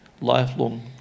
lifelong